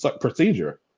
procedure